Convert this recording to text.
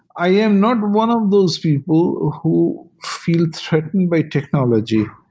i am not one of those people who feel threatened by technology.